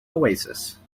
oasis